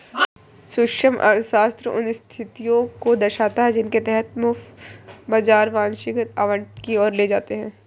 सूक्ष्म अर्थशास्त्र उन स्थितियों को दर्शाता है जिनके तहत मुक्त बाजार वांछनीय आवंटन की ओर ले जाते हैं